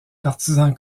partisan